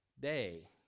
day